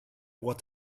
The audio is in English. what